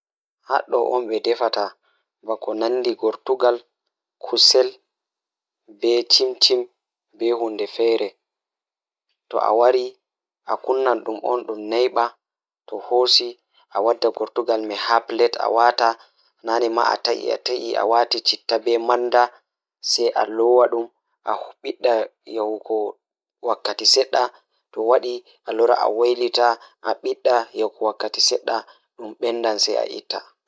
Ngam nafaɗo ndeewde mawɗo kala e mikoroowe, toɗɗi waɗaɗo sorde ndeewde e hoore ngal e fiyaangu sabu rewɓe laawol rewɓe laawol njiddaade sabu rewɓe. O wondi rewɓe ngal rewɓe fiyaangu sabu rewɓe rewɓe ngal rewɓe rewɓe ngal fiyaangu ngal